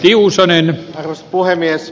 arvoisa puhemies